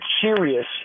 serious